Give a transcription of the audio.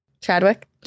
Chadwick